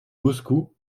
moscou